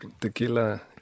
tequila